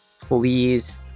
please